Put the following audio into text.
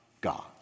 God